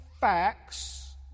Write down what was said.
facts